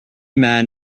men